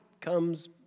comes